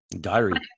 diary